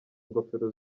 ingofero